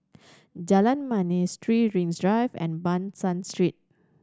Jalan Manis Three Rings Drive and Ban San Street